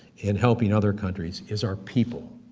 and helping other countries is our people,